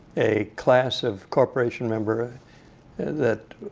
a class of corporation member that,